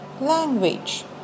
Language